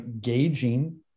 gauging